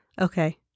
Okay